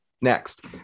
Next